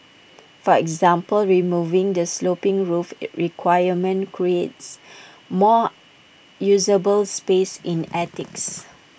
for example removing the sloping roof requirement creates more usable space in attics